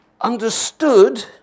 understood